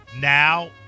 Now